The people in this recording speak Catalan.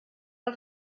els